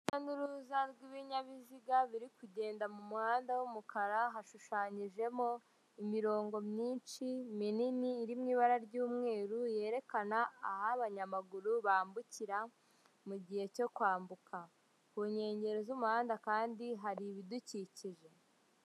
Urujya n'uruza rw'ibinyabiziga biri kugenda mu muhanda w'umukara, hashushanyijemo imirongo myinshi minini iri mu ibara ry'umweru, yerekana aho abanyamaguru bambukira mu mu gihe cyo kwambuka. Ku nkengero z'umuhanda kandi hari ibidukikije.